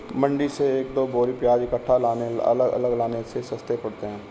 मंडी से एक दो बोरी प्याज इकट्ठे लाने अलग अलग लाने से सस्ते पड़ते हैं